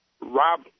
Rob